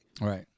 Right